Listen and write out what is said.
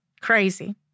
Crazy